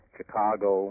Chicago